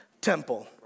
temple